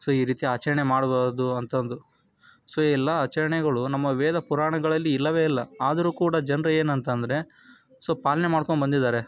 so ಈ ರೀತಿ ಆಚರಣೆ ಮಾಡಬಾರ್ದು ಅಂತ ಅಂದು ಸೊ ಎಲ್ಲ ಆಚರಣೆಗಳು ನಮ್ಮ ವೇದ ಪುರಾಣಗಳಲ್ಲಿ ಇಲ್ಲವೇ ಇಲ್ಲ ಆದರೂ ಕೂಡ ಜನರು ಏನಂತ ಅಂದ್ರೆ ಸೊ ಪಾಲನೆ ಮಾಡ್ಕೊಂಡು ಬಂದಿದ್ದಾರೆ